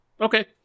Okay